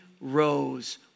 rose